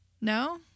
No